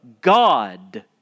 God